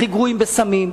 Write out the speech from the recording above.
הכי גרועים בסמים,